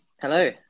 hello